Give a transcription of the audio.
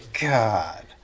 God